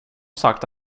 sagt